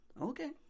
okay